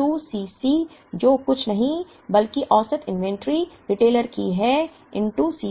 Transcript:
Cc जो कुछ नहीं बल्कि औसत इन्वेंटरी रिटेलर की है Cc है